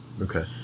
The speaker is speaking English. Okay